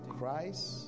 Christ